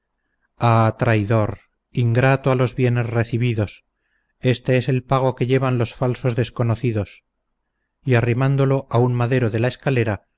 traidor ingrato a los bienes recibidos este es el pago que llevan los falsos desconocidos y arrimándolo a un madero de la escalera